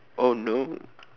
oh no